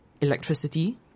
electricity